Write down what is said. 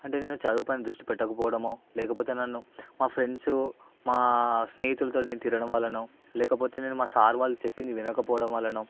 అంటే నేను చదువుపైన దృష్టి పెట్టకపోవడమో లేకపోతే నన్ను మా ఫ్రెండ్సు మా స్నేహితులతో నేను తిరగడంవల్లనో లేకపోతే నేను మా సారు వాళ్లు చెప్పింది వినకపోవడంవల్లనో